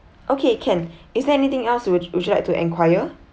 okay can is there anything else would would you like to enquire